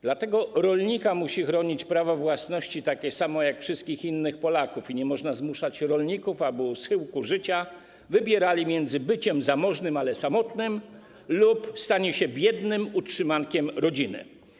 Dlatego rolnika musi chronić prawo własności takie samo jak wszystkich innych Polaków i nie można zmuszać rolników, aby u schyłku życia wybierali między byciem zamożnym, ale samotnym, lub staniem się biednym utrzymankiem rodziny.